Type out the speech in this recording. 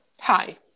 hi